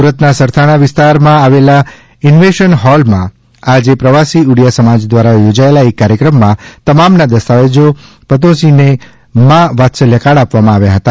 સુરતના સરથાના વિસ્તારમાં આવેલા ઇન્વેનશન હોલમાં આજે પ્રવાસી ઉડીયા સમાજ દ્વારા યોજાયેલા એક કાર્યક્રમમાં તમામના દસ્તાવેજો પતોસીને મા વાત્સલ્ય કાર્ડ આપવામાં આવ્યા હતા